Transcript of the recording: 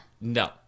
No